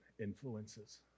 influences